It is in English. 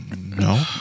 No